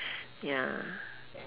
ya